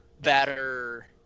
better